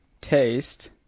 taste